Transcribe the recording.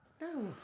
No